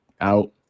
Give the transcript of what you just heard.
out